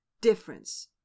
difference